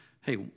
Hey